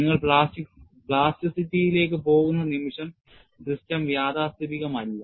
നിങ്ങൾ പ്ലാസ്റ്റിസിറ്റിയിലേക്ക് പോകുന്ന നിമിഷം സിസ്റ്റം യാഥാസ്ഥിതികമല്ല